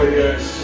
yes